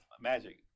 magic